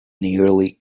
nearly